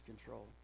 control